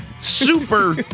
super